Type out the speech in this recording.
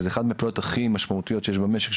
שזה אחת מהפעולות הכי משמעויות שיש במשק,